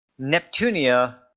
Neptunia